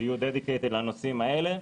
שיהיו dedicated לנושאים האלה,